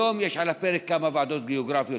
היום יש על הפרק כמה ועדות גיאוגרפיות.